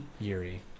Yuri